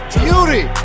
beauty